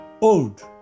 old